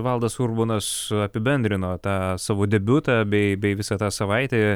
valdas urbonas apibendrino tą savo debiutą bei bei visą tą savaitę